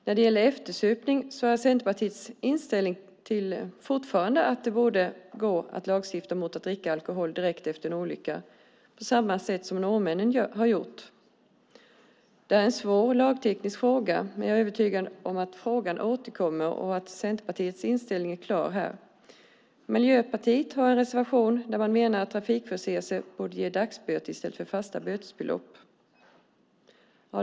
När det gäller eftersupning är Centerpartiets inställning fortfarande att det borde gå att lagstifta mot att dricka alkohol direkt efter en olycka, på samma sätt som norrmännen har gjort. Det är en svår lagteknisk fråga, men jag är övertygad om att den återkommer, och Centerpartiets inställning är klar. Miljöpartiet har en reservation där de menar att trafikförseelser borde ge dagsböter i stället för fasta bötesbelopp.